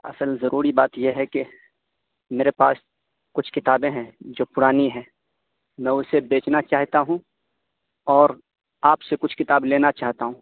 اصل ضروری بات یہ ہے کہ میرے پاس کچھ کتابیں ہیں جو پرانی ہیں میں اسے بیچنا چاہتا ہوں اور آپ سے کچھ کتاب لینا چاہتا ہوں